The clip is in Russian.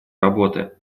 работы